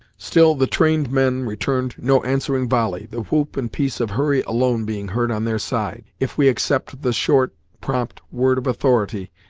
still the trained men returned no answering volley, the whoop and piece of hurry alone being heard on their side, if we except the short, prompt word of authority,